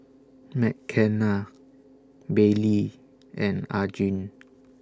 Mckenna Baylee and Arjun